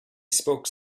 spoke